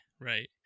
right